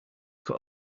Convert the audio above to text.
cut